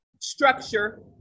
structure